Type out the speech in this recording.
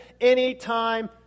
anytime